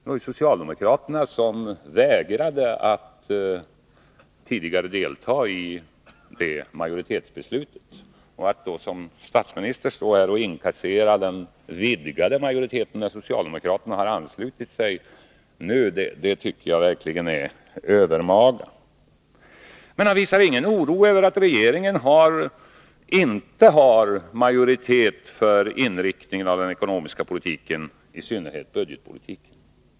Det var ju socialdemokraterna som tidigare vägrade att delta i just det majoritetsbeslutet. Jag tycker att det är övermaga att då som statsminister stå här och inkassera beröm för att han har åstadkommit en vidgad majoritet — när socialdemokraterna har anslutit sig nu. Men Olof Palme visar ingen oro över att regeringen inte har majoritet för inriktningen av den ekonomiska politiken, i synnerhet budgetpolitiken.